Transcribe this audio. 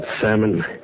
salmon